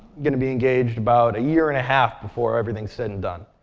going to be engaged about a year and a half before everything's said and done.